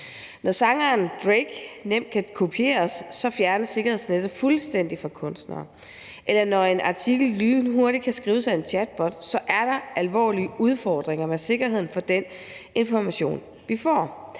Når sangeren Drake nemt kan kopieres, fjernes sikkerhedsnettet for kunstnere fuldstændig, eller når en artikel lynhurtigt kan skrives af en chatbot, er der alvorlige udfordringer med sikkerheden for den information, vi får.